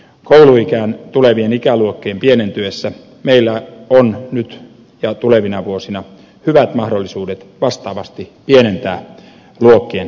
kouluikään tulevien ikäluokkien pienentyessä meillä on nyt ja tulevina vuosina hyvät mahdollisuudet vastaavasti pienentää luokkien ryhmäkokoa